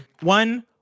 one